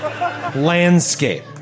Landscape